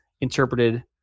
interpreted